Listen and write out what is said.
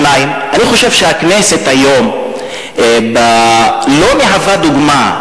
2. אני חושב שהכנסת היום לא מהווה דוגמה,